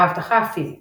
האבטחה הפיזית